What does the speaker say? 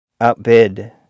Outbid